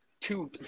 two